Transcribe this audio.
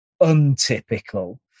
untypical